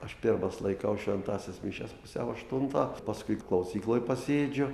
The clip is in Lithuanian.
aš pirmas laikau šventąsias mišias pusiau aštuntą paskui klausykloj pasėdžiu